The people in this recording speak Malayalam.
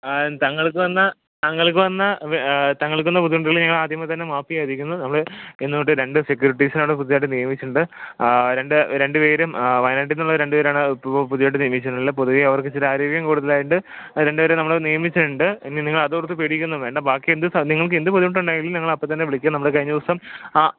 തങ്ങൾക്ക് വന്ന തങ്ങൾക്ക് വന്ന തങ്ങൾക്ക് വന്ന ബുദ്ധിമുട്ടിൽ ഞങ്ങൾ ആദ്യമേ തന്നെ മാപ്പ് ചോദിക്കുന്നു നമ്മൾ ഇന്ന് തൊട്ട് രണ്ട് സെക്യൂരിറ്റീസിനെ അവിടെ പുതിയതായിട്ട് നിയമിച്ചിട്ടുണ്ട് രണ്ട് രണ്ട് പേരും വയനാട്ടിൽ നിന്നുള്ള രണ്ട് പേരാണ് പുതിയതായിട്ട് നിയമിച്ചിട്ടുള്ള പൊതുവേ അവർക്ക് ഇച്ചിര ആരോഗ്യകൂടുതലായത് കൊണ്ട് ആ രണ്ട് പേരെ നമ്മൾ നിയമിച്ചിട്ടുണ്ട് ഇനി നിങ്ങൾ അതോർത്ത് പേടിക്കുകയൊന്നും വേണ്ട ബാക്കി എന്ത് നിങ്ങൾക്ക് എന്ത് ബുദ്ധിമുട്ടുണ്ടെങ്കിലും നിങ്ങൾ അപ്പോൾ തന്നെ വിളിക്കുക നമ്മൾ കഴിഞ്ഞ ദിവസം ആ